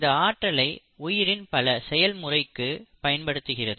இந்த ஆற்றலை உயிரின் பல செயல்முறைக்கு பயன்படுத்துகிறது